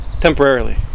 temporarily